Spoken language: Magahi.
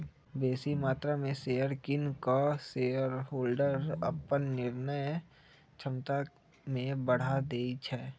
बेशी मत्रा में शेयर किन कऽ शेरहोल्डर अप्पन निर्णय क्षमता में बढ़ा देइ छै